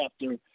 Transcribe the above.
chapter